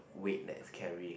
weight that is carrying